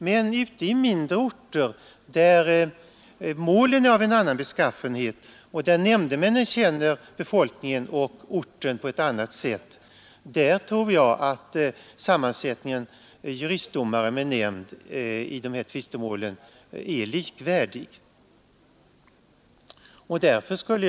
Men ute i mindre orter, där målen är av en annan beskaffenhet och där nämndemännen känner befolkningen och orten bättre, tror jag att sammansättningen juristdomare med nämnd i dessa tvistemål är likvärdig med en sammansättning med tre juristdomare.